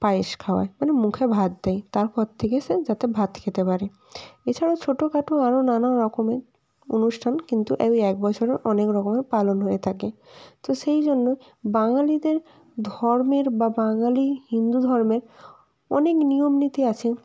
পায়েস খাওয়ায় মানে মুখে ভাত দেয় তারপর থেকে সে যাতে ভাত খেতে পারে এছাড়াও ছোটো খাটো আরও নানারকমের অনুষ্ঠান কিন্তু এই এক বছরে অনেক রকমের পালন হয়ে থাকে তো সেই জন্যই বাঙালিদের ধর্মের বা বাঙালি হিন্দু ধর্মের অনেক নিয়ম নীতি আছে